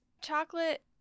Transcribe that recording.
chocolate